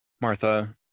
Martha